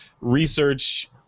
research